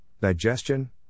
digestion